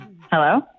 Hello